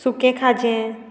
सुकें खाजें